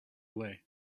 away